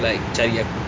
like cari aku